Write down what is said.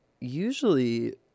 usually